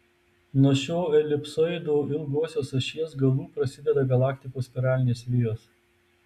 nuo šio elipsoido ilgosios ašies galų prasideda galaktikos spiralinės vijos